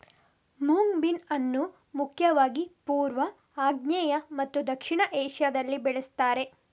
moong bean ಅನ್ನು ಮುಖ್ಯವಾಗಿ ಪೂರ್ವ, ಆಗ್ನೇಯ ಮತ್ತು ದಕ್ಷಿಣ ಏಷ್ಯಾದಲ್ಲಿ ಬೆಳೆಸ್ತಾರೆ